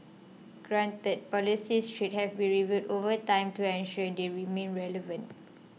granted policies should have be reviewed over time to ensure they remain relevant